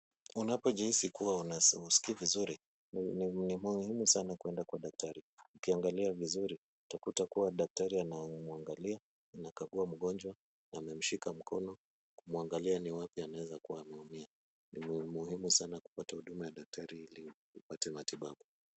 Unapojihisi kuwa husikii vizuri ni muhimu sana kwenda kwa daktari, ukiangalia vizuri utakuta kuwa daktari anamwangalia, anakagua mgonjwa, anamshika mkono, kumwangalia ni wapi anaweza kuwa ameumia, ni muhimu sana kupata huduma ya daktari ili upate matibabu.